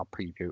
preview